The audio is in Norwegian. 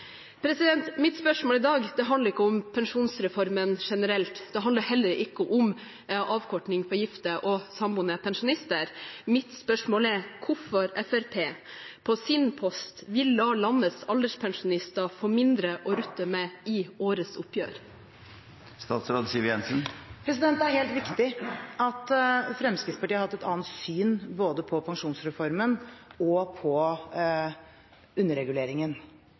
Mitt spørsmål i dag handler ikke om pensjonsreformen generelt. Det handler heller ikke om avkorting for gifte og samboende pensjonister. Mitt spørsmål er hvorfor Fremskrittspartiet på sin post vil la landets alderspensjonister få mindre å rutte med i årets oppgjør. Det er helt riktig at Fremskrittspartiet har hatt et annet syn både på pensjonsreformen og på underreguleringen,